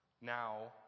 Now